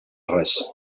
res